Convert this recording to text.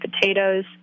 potatoes